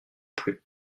plus